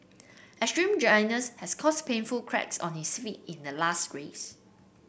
extreme dryness has caused painful cracks on his feet in the last race